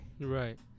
Right